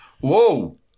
Whoa